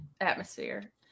Atmosphere